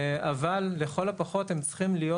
אבל לכל הפחות הם צריכים להיות